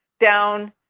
down